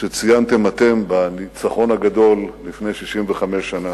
שציינתם אתם בניצחון הגדול לפני 65 שנה.